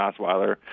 Osweiler